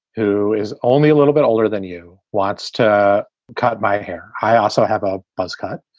who is only a little bit older than you. what's to cut my hair? i also have a buzzcut.